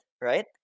right